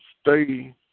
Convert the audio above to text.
stay